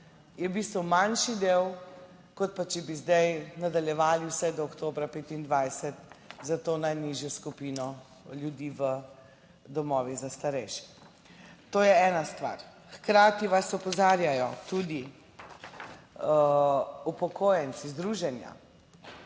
manjši del, kot pa če bi zdaj nadaljevali vse do oktobra 2025 za to najnižjo skupino ljudi v domovih za starejše. To je ena stvar. Hkrati vas opozarjajo tudi, upokojenci, združenja,